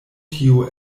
tio